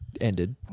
ended